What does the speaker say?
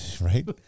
Right